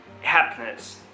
happiness